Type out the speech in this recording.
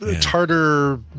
tartar